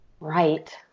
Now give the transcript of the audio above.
Right